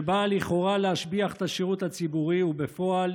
שבאה לכאורה להשביח את השירות הציבורי ובפועל